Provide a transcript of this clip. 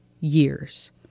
years